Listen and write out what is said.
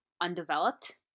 undeveloped